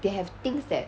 they have things that